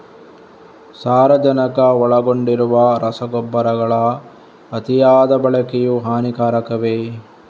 ಸಾರಜನಕ ಒಳಗೊಂಡಿರುವ ರಸಗೊಬ್ಬರಗಳ ಅತಿಯಾದ ಬಳಕೆಯು ಹಾನಿಕಾರಕವೇ?